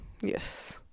Yes